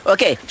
Okay